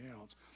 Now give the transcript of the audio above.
else